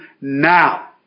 now